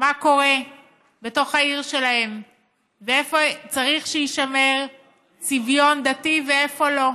מה קורה בתוך העיר שלהם ואיפה צריך שיישמר צביון דתי ואיפה לא.